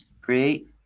create